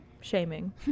shaming